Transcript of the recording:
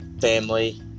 family